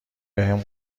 بهم